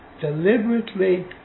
deliberately